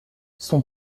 son